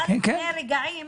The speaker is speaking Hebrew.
לפני כמה רגעים